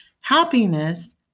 happiness